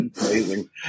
Amazing